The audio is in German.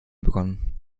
begonnen